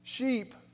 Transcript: Sheep